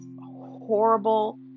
horrible